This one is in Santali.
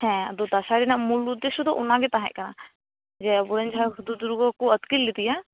ᱦᱮᱸ ᱟᱫᱚ ᱫᱟᱥᱟᱸᱭ ᱨᱮᱭᱟᱜ ᱢᱩᱞ ᱩᱫᱮᱥᱥᱚ ᱫᱚ ᱚᱱᱟᱜᱮ ᱛᱟᱦᱮᱸ ᱠᱟᱱᱟ ᱡᱮ ᱟᱵᱚᱨᱮᱱ ᱡᱟᱦᱟᱸᱭ ᱦᱩᱫᱩᱲᱫᱩᱨᱜᱟ ᱠᱚ ᱟ ᱛᱠᱤᱨ ᱞᱮᱫᱮᱭᱟ